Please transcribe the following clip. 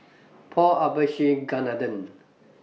Paul Abisheganaden